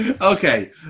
Okay